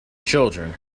children